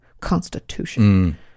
constitution